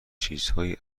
چیزهایی